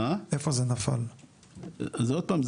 עוד פעם,